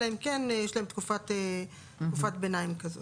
אלא אם כן יש להם תקופת ביניים כזאת.